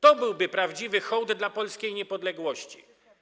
To byłby prawdziwy hołd dla polskiej niepodległości.